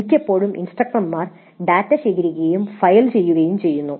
മിക്കപ്പോഴും ഇൻസ്ട്രക്ടർമാർ ഡാറ്റ ശേഖരിക്കുകയും ഫയൽ ചെയ്യുകയും ചെയ്യുന്നു